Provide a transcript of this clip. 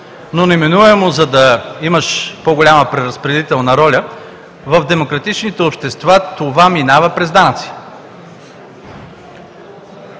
но неминуемо, за да имаш по-голяма преразпределителна роля, в демократичните общества това минава през данъци.